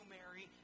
Mary